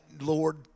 Lord